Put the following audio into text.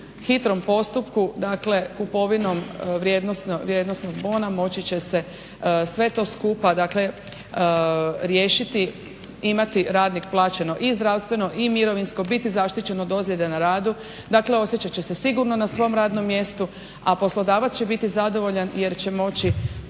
hitrom postupku dakle kupovinom vrijednosnog bona moći će se sve to skupa riješiti i imati radnik plaćeno i mirovinsko i zdravstveno i biti zaštićen od ozljede na radu, dakle osjećat će se sigurno na svom radnom mjestu, a poslodavac će moći uzeti radnika samo